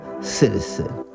citizen